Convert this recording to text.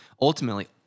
ultimately